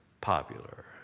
popular